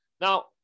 Now